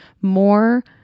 more